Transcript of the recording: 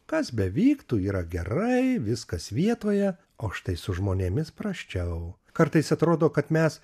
kas bevyktų yra gerai viskas vietoje o štai su žmonėmis prasčiau kartais atrodo kad mes